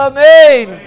Amen